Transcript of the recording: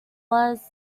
was